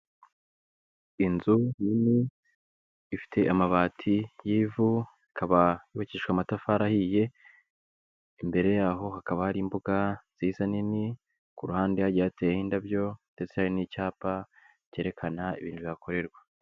Inzu nini ifite amabati y'ivu, ikaba yubakishwa amatafari ahiye. Imbere yaho hakaba hari imbuga nziza nini, ku ruhande hagiye hateyeho indabyo ndetse hari n'icyapa cyerekana ibintu bihakorerwa.